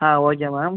ah okay ma'am